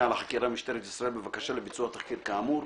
על החקירה במשטרת ישראל בבקשה לביצוע תחקיר כאמור,